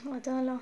அதான்:adhaan lah